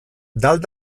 dalt